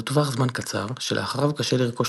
זהו טווח זמן קצר שלאחריו קשה לרכוש